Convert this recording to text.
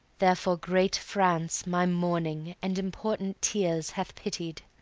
therefore great france my mourning and important tears hath pitied.